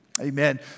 Amen